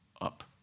up